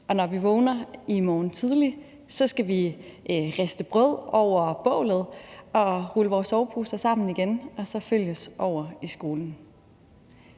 når vi vågner i morgen tidlig, skal vi riste brød over bålet og rulle vores soveposer sammen igen og så følges over til skolen.